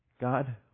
God